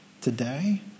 today